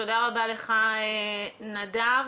תודה רבה לך, נדב.